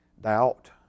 doubt